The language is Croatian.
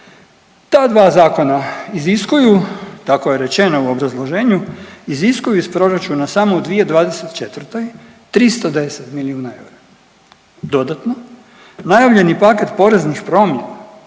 Ta dva zakona iziskuju, tako je rečeno u obrazloženju, iziskuju iz proračuna samo u 2024. 310 milijuna eura. Dodatno najavljeni paket poreznih promjena